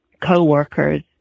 coworkers